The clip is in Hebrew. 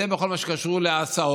זה בכל מה שקשור להסעות.